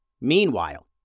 Meanwhile